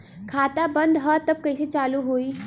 खाता बंद ह तब कईसे चालू होई?